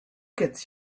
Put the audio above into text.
gets